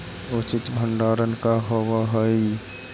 उचित भंडारण का होव हइ?